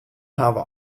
hawwe